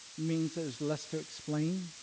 means there's less to explain.